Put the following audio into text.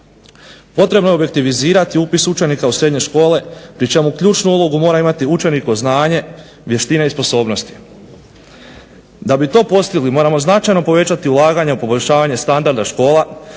Potrebno je objektivizirati upis učenika u srednje škole pri čemu ključnu ulogu mora imati učenikovo znanje, vještine i sposobnosti. Da bi to postigli moramo značajno povećati ulaganja, poboljšanja, standarda škola,